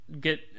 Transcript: get